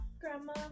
Grandma